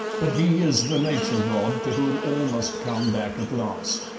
but he is the nature-god to whom all must come back at last.